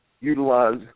utilize